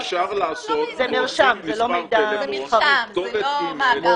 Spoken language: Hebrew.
אפשר להוסיף מספר טלפון, כתובת מייל.